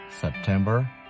September